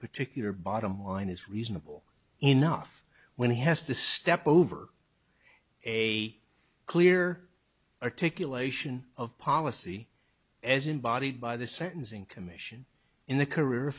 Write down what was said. particular bottom line is reasonable enough when he has to step over a clear articulation of policy as embodied by the sentencing commission in the career